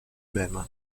même